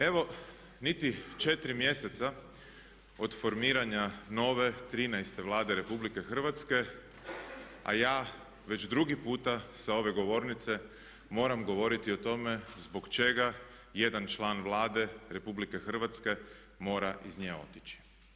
Evo niti četiri mjeseca od formiranja nove 13 Vlade RH a ja već drugi puta s ove govornice moram govoriti o tome zbog čega jedan član Vlade RH mora iz nje otići.